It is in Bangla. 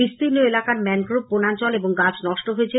বিস্তীর্ণ এলাকার ম্যানগ্রোভ বনাঞ্চল এবং গাছ নষ্ট হয়েছে